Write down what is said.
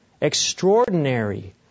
extraordinary